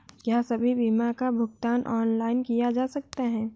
क्या सभी बीमा का भुगतान ऑनलाइन किया जा सकता है?